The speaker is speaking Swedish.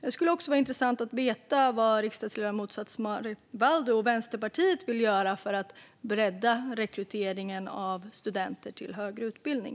Det skulle vara intressant att veta vad riksdagsledamoten Szatmari Waldau och Vänsterpartiet vill göra för att bredda rekryteringen av studenter till högre utbildning.